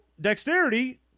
dexterity